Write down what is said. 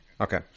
Okay